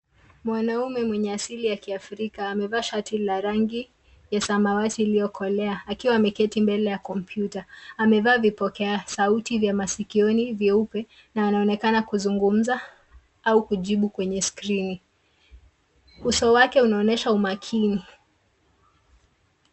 Mwanamume mwenye asili ya kiafrika amevaa shati la rangi ya samawati iliyokolea akiwa ameketi mbele ya kompyuta. Amevaa vipokea sauti vya masikioni vyeupe na anaonekana kuzungumza au kujibu kwenye skrini. Uso wake unaonesha umakini.